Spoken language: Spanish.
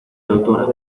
doctora